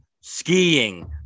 skiing